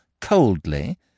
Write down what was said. coldly